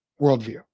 worldview